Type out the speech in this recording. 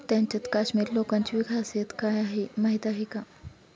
त्यांच्यात काश्मिरी लोकांची खासियत काय आहे माहीत आहे का?